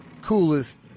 coolest